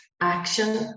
action